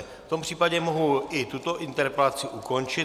V tom případě mohu i tuto interpelaci ukončit.